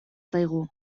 zaigu